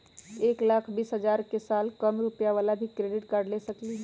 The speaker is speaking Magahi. एक लाख बीस हजार के साल कम रुपयावाला भी क्रेडिट कार्ड ले सकली ह?